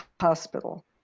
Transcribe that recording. hospital